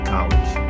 College